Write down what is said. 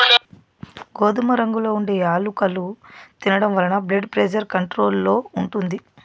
గోధుమ రంగులో ఉండే యాలుకలు తినడం వలన బ్లెడ్ ప్రెజర్ కంట్రోల్ లో ఉంటుంది